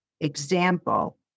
Example